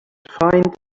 find